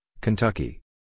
Kentucky